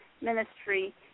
ministry